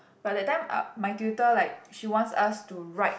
but that time I my tutor like she wants us to write